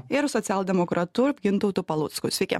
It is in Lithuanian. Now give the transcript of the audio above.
ir socialdemokratu gintautu palucku sveiki